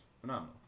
phenomenal